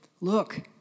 look